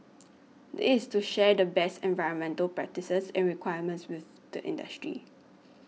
this is to share the best environmental practices and requirements with the industry